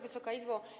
Wysoka Izbo!